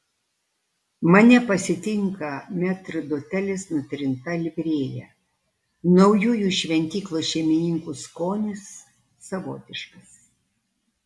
mane pasitinka metrdotelis nutrinta livrėja naujųjų šventyklos šeimininkų skonis savotiškas